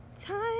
time